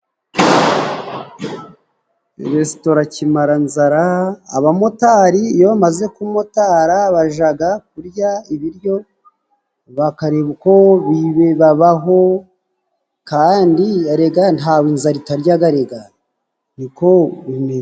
Restitora Kimaranzara, abamotari iyo bamaze kumotara bajya kurya ibiryo, bakareba uko babaho, kandi erega ntawe inzara itarya erega! Niko bimeze.